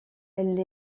elle